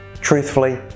truthfully